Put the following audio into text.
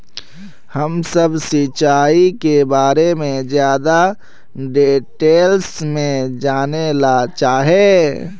हम सब सिंचाई के बारे में ज्यादा डिटेल्स में जाने ला चाहे?